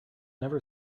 never